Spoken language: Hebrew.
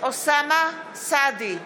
אוסאמה סעדי,